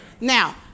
Now